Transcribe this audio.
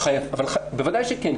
בוודאי שכן.